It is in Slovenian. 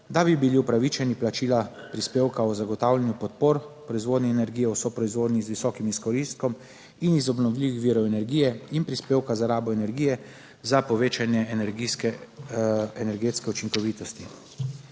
da bi bili upravičeni plačila prispevka o zagotavljanju podpor proizvodnje energije v soproizvodnji z visokim izkoristkom in iz obnovljivih virov energije in prispevka za rabo energije. Za povečanje energijske energetske učinkovitosti